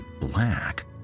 black